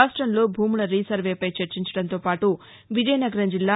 రాష్టంలో భూముల రీసర్వేపై చర్చించడంతో పాటు విజయనగరం జిల్లా